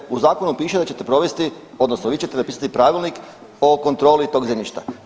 Imate, u zakonu piše da ćete provesti odnosno vi ćete napisati pravilnik o kontroli tog zemljišta.